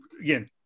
Again